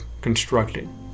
constructing